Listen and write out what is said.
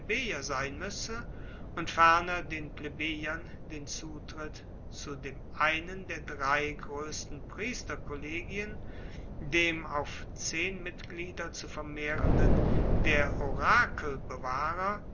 sein muesse und ferner den plebejern den zutritt zu dem einen der drei grossen priesterkollegien dem auf zehn mitglieder zu vermehrenden der